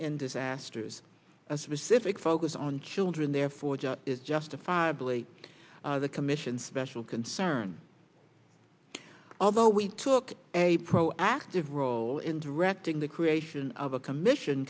in disasters a specific focus on children therefore is justifiably the commission's special concern although we took a pro active role in directing the creation of a commission